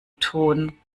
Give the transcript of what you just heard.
tun